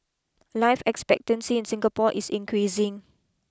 life expectancy in Singapore is increasing